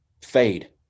fade